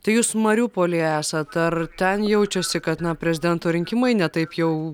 tai jūs mariupolyje esat ar ten jaučiuosi kad na prezidento rinkimai ne taip jau